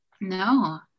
no